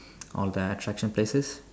all the attraction places